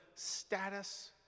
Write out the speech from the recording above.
status